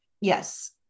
Yes